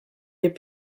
les